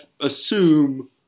assume